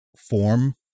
form